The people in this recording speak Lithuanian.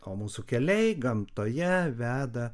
o mūsų keliai gamtoje veda